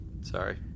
Sorry